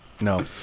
No